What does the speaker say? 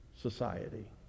society